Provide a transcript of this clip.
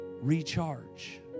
Recharge